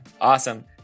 awesome